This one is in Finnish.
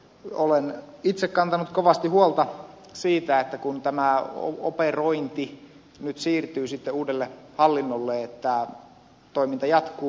olen itse kantanut kovasti huolta siitä kun tämä operointi nyt siirtyy sitten uudelle hallinnolle että toiminta jatkuu